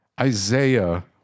Isaiah